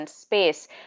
space